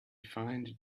find